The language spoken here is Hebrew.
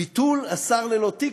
ביטול השר ללא תיק,